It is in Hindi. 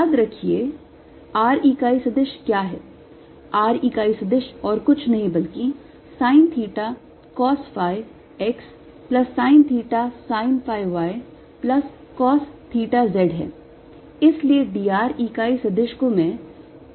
याद रखिए रखें r इकाई सदिश क्या है r इकाई सदिश कुछ और नहीं बल्कि sine theta cos phi x plus sine theta sine phi y plus cos theta z है